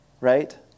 right